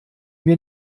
mir